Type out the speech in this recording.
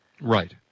Right